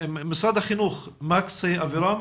מקס אבירם